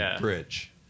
bridge